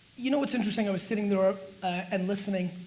you know what's interesting, i was sitting there ah and listening.